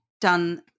done